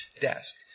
desk